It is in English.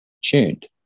tuned